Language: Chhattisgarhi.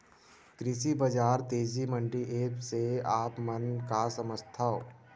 कृषि बजार तेजी मंडी एप्प से आप मन का समझथव?